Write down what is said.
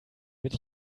mit